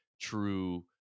true